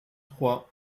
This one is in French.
trois